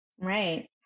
Right